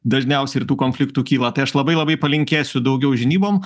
dažniausiai ir tų konfliktų kyla tai aš labai labai palinkėsiu daugiau žinybom